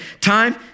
time